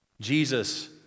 Jesus